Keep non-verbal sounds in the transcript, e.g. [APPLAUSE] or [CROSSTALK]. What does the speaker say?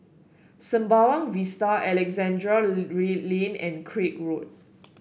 Sembawang Vista Alexandra [UNINTELLIGIBLE] Lane and Craig Road